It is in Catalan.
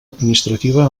administrativa